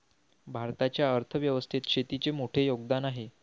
भारताच्या अर्थ व्यवस्थेत शेतीचे मोठे योगदान आहे